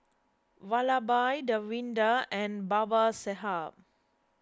Vallabhbhai Davinder and Babasaheb